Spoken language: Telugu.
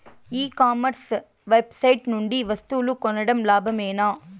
ఈ కామర్స్ వెబ్సైట్ నుండి వస్తువులు కొనడం లాభమేనా?